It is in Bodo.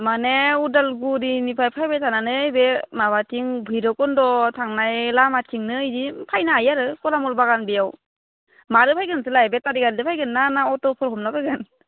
माने अदालगुरिनिफाय फैबाय थानानै बे माबाथिं बैरबखुन्द' थांनाय लामाथिंनो इदि फायनो हायो आरो खलामल बागान बेयाव माजों फैगोन नोंसोरलाय बेथारि गारिजों फैगोन ना अट'फोर हमलाबायगोन